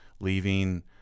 leaving